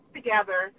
together